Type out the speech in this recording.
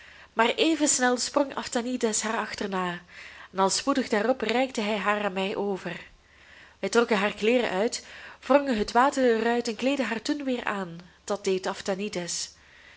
maar even snel sprong aphtanides haar achterna en al spoedig daarop reikte hij haar aan mij over wij trokken haar kleeren uit wrongen het water er uit en kleedden haar toen weer aan dat deed aphtanides